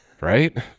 Right